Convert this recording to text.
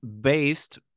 Based